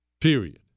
Period